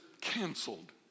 canceled